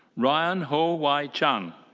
ryan ho wai chan.